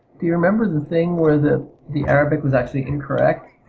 do you remember the thing where the the arabic was actually incorrect?